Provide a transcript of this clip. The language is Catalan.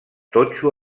totxo